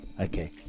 Okay